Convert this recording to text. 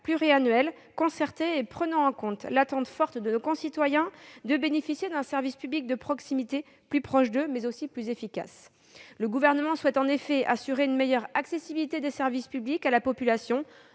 pluriannuelle, concertée et prenant en compte l'attente forte de nos concitoyens de bénéficier d'un service public plus proche d'eux, mais aussi plus efficace. Le Gouvernement souhaite en effet assurer une meilleure accessibilité des services publics pour la population,